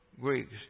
Greeks